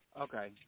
Okay